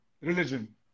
religion